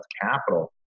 capital